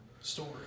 story